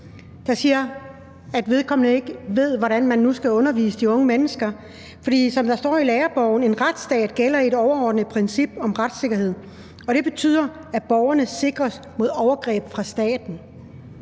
Hun siger, at hun ikke ved, hvordan hun nu skal undervise de unge mennesker, for: »I en lærebog står: »I en retsstat gælder et overordnet princip om retssikkerhed. Det betyder, at borgerne sikres mod overgreb fra staten.««